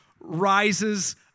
rises